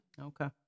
Okay